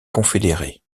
confédérée